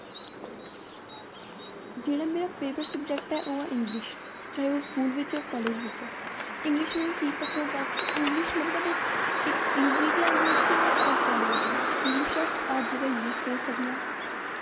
जेह्ड़ा मेरा favourite subject ऐ ओह् ऐ इंग्लिश जो स्कूल बिच कालेज बिच्च इंग्लिश मिगी कीऽ पसंद ऐ की इंग्लिश मिगी इक्क इज़ी लैंग्वेज़ बी ऐ होर टफ लैंग्वेज़ बी ऐ इंग्लिश अस हर जगह यूज़ करी सकने आं